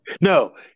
No